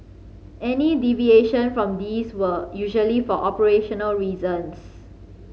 any deviation from these were usually for operational reasons